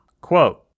Quote